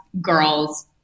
girls